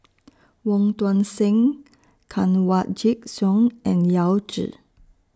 Wong Tuang Seng Kanwaljit Soin and Yao Zi